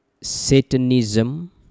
satanism